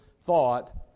thought